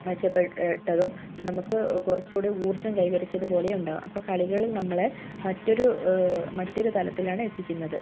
മെച്ച പ്പെട്ടതും നമുക്ക് കുറച്ചും കൂടെ ഊർജ്ജം കൈവരിച്ചതുപോലെയും ഉണ്ടാവും അപ്പോൾ കളികള് നമ്മളെ മറ്റൊരു മറ്റൊരു തലത്തിലാണ് എത്തിക്കുന്നത്